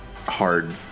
hard